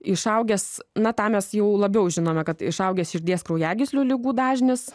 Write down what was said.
išaugęs na tą mes jau labiau žinome kad išaugęs širdies kraujagyslių ligų dažnis